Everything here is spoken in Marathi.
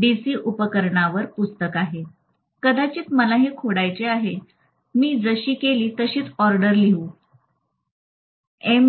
डीसी उपकरणवर पुस्तक आहे कदाचित मला हे खोडायचे आहे मी जशी केलेली आहे तशीच ऑर्डर लिहू या एम